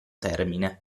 termine